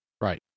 Right